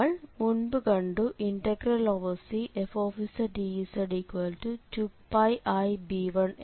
നമ്മൾ മുൻപ് കണ്ടു Cfzdz2πib1 എന്ന്